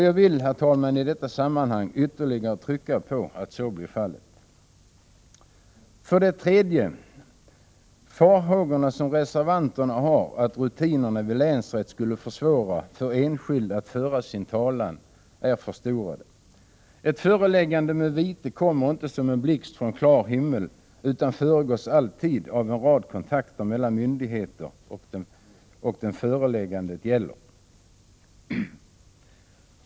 Jag vill, herr talman, i detta sammanhang ytterligare trycka på att det är viktigt att så blir fallet. För det tredje: De farhågor som reservanterna har att rutinerna vid länsrätt skulle försvåra för enskild att föra sin talan är förstorade. Ett föreläggande med vite kommer inte som en blixt från klar himmel utan föregås alltid av en rad kontakter mellan myndigheter och den som föreläggandet gäller.